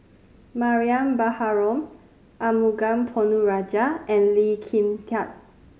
Mariam Baharom Arumugam Ponnu Rajah and Lee Kin Tat